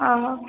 ଓହୋ